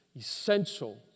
essential